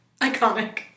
Iconic